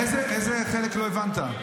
איזה חלק לא הבנת?